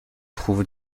trouve